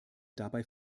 dabei